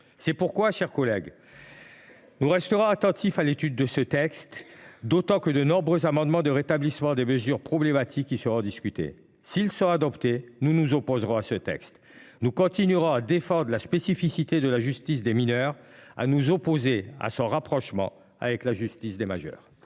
C’est pourquoi, mes chers collègues, nous resterons attentifs à l’évolution de ce texte au cours de son examen, d’autant qu’un grand nombre d’amendements visant à rétablir des mesures problématiques y seront discutés. S’ils sont adoptés, nous nous opposerons à ce texte. Nous continuerons à défendre la spécificité de la justice des mineurs et à nous opposer à son rapprochement avec la justice des majeurs.